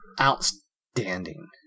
Outstanding